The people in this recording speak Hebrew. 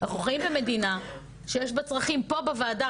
אנחנו חיים במדינה שיש בה צרכים פה בוועדה,